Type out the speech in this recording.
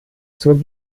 zur